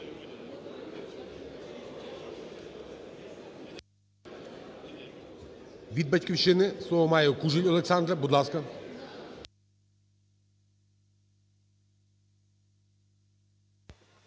Від "Батьківщини" слово має Кужель Олександра. Будь ласка.